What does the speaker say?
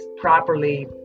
properly